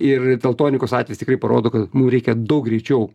ir teltonikos atvejis tikrai parodo kad mum reikia daug greičiau